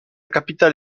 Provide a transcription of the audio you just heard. capitale